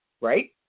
Right